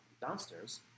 Downstairs